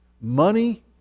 money